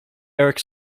eric